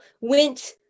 went